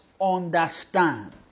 understand